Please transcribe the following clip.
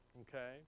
Okay